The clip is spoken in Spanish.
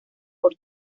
por